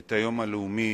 את היום הלאומי